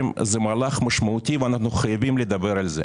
- זה מהלך משמעותי ואנחנו חייבים לדבר על זה.